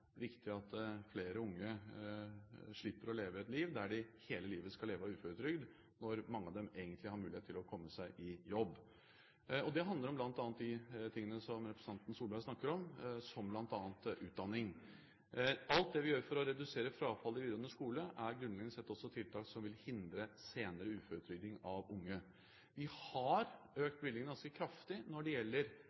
viktig at flere unge slipper å leve hele livet på uføretrygd når mange av dem egentlig har mulighet til å komme seg i jobb. Det handler bl.a. om de tingene som representanten Solberg snakker om, som utdanning. Alt det vi gjør for å redusere frafall i videregående skole, er grunnleggende sett også tiltak som vil hindre senere uføretrygd blant unge. Vi har økt bevilgningene ganske kraftig når det